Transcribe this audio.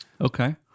Okay